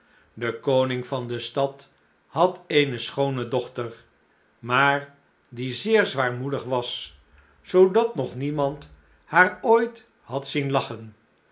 de koning van deze stad had eene schoone dochter maar die zeer zwaarmoedig was zoodat nog niemand haar ooit had zien lagchen